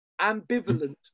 Ambivalent